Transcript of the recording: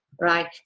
right